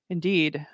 Indeed